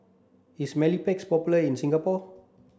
is Mepilex popular in Singapore